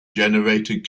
generated